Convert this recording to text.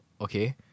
Okay